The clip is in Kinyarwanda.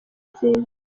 nziza